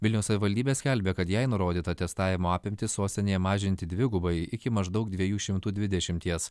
vilniaus savivaldybė skelbia kad jai nurodyta testavimo apimtį sostinėje mažinti dvigubai iki maždaug dviejų šimtų dvidešimties